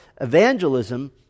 evangelism